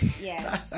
Yes